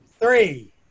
three